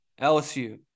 LSU